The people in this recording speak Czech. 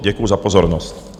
Děkuji za pozornost.